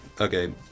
Okay